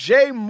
Jay